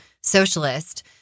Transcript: socialist